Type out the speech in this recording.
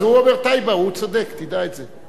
אז הוא אומר טייבָּה, הוא צודק, תדע את זה.